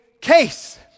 case